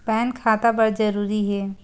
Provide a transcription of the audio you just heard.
Pan खाता बर जरूरी हे?